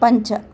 पञ्च